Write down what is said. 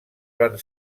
van